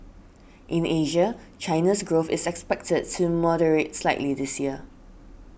in Asia China's growth is expected to moderate slightly this year